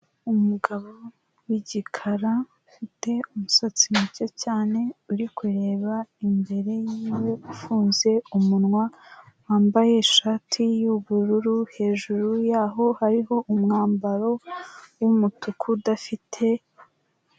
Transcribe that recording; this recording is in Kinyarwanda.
Umugabo w'igikara, ufite umusatsi muke cyane, uri kureba imbere yiwe, ufunze umunwa, wambaye ishati y'ubururu, hejuru yaho hariho umwambaro w'umutuku udafite...